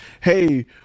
hey